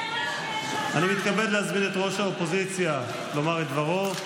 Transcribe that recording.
אני מתכבד להזמין את ראש האופוזיציה לומר את דברו,